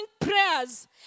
prayers